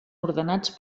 ordenats